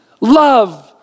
love